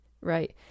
Right